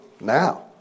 now